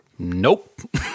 Nope